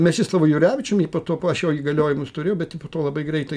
mečislovu jurevičium jį po to aš jo įgaliojimus turėjau bet po to labai greitai